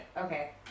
Okay